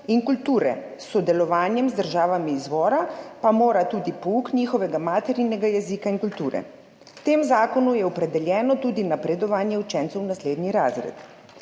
in kulture, s sodelovanjem z državami izvora pa mora [organizirati] tudi pouk njihovega materinega jezika in kulture. V tem zakonu je opredeljeno tudi napredovanje učencev v naslednji razred.